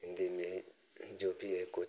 हिन्दी में ही जो भी है कुछ